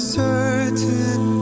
certain